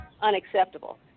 unacceptable